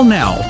now